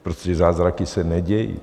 Prostě zázraky se nedějí.